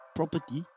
property